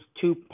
two